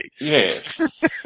Yes